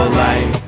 life